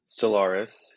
Stellaris